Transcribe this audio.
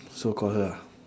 so call her ah